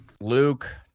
Luke